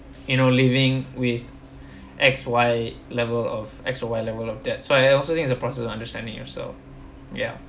you know living with x y level of x or y level of debt so I also think it's a process of understanding yourself ya